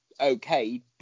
okay